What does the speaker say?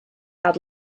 had